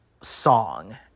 song